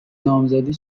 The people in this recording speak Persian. نامزدی